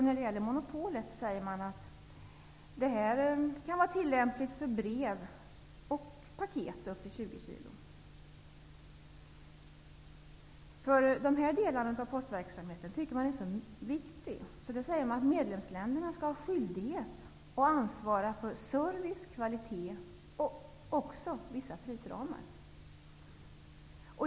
När det gäller monopolet säger man att det kan vara tillämpligt för brev och för paket upp till 20 kg. Man menar att dessa delar av postverksamheten är så viktiga att medlemsländerna skall ha skyldighet att ansvara för service, kvalitet och vissa prisramar.